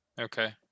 Okay